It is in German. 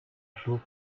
schuf